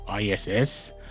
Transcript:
ISS